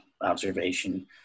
observation